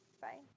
Bye